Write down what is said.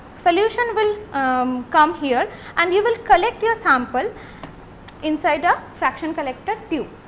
solution will um come here and you will collect your sample inside a fraction collected tube.